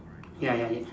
ya ya ya